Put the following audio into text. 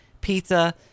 pizza